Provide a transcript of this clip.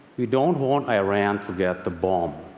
we don't want iran to get the bomb.